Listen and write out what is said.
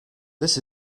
this